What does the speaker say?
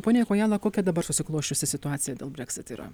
pone kojala kokia dabar susiklosčiusi situacija dėl brexit yra